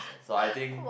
so I think